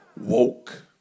woke